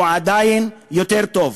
הוא עדיין יותר טוב,